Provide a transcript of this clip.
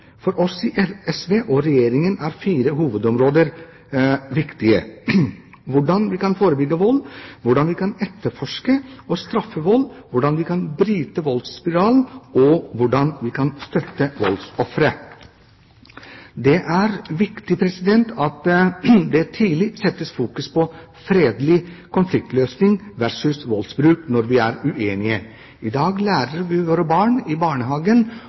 For oss i SV og Regjeringen er fire hovedområder viktige: Hvordan vi kan forebygge vold, hvordan vi kan etterforske vold og straffe vold, hvordan vi kan bryte voldsspiralen og hvordan vi kan støtte voldsofre. Det er viktig at det tidlig settes fokus på fredelig konfliktløsning versus voldsbruk når vi er uenige. I dag lærer vi våre barn i barnehagen